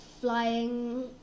flying